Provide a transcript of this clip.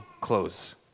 close